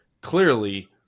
Clearly